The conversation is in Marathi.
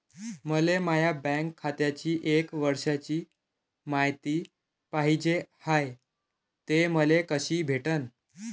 मले माया बँक खात्याची एक वर्षाची मायती पाहिजे हाय, ते मले कसी भेटनं?